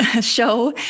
show